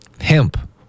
hemp